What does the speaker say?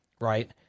right